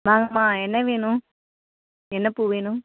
வாங்கம்மா என்ன வேணும் என்ன பூ வேணும்